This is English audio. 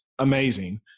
amazing